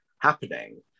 happening